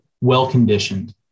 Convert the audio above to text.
well-conditioned